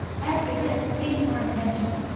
after this pay more attention.